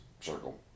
circle